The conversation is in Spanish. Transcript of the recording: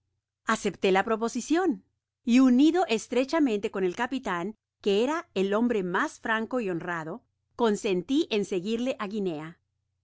aceptó la proposicion y unido estrechamente con el capitan que era el hombre mas franco y honrado consenti en seguirle á guinea